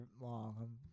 long